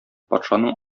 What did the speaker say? патшаның